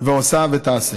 עושה ותעשה